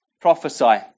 prophesy